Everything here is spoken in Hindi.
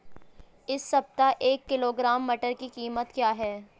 इस सप्ताह एक किलोग्राम मटर की कीमत क्या है?